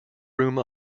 room